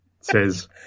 says